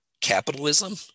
capitalism